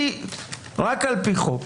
היא רק על פי חוק